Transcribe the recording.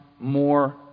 more